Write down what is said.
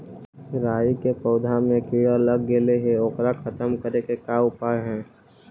राई के पौधा में किड़ा लग गेले हे ओकर खत्म करे के का उपाय है?